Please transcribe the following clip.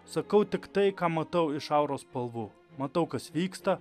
sakau tik tai ką matau iš auros spalvų matau kas vyksta